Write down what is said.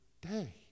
day